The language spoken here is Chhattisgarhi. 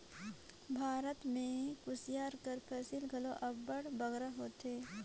भारत में कुसियार कर फसिल घलो अब्बड़ बगरा होथे